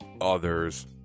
others